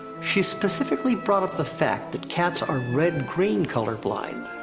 she specifically brought up the fact that cats are red-green colorblind.